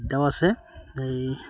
বিদ্যাও আছে এই